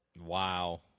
Wow